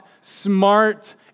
smart